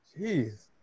Jeez